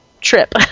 trip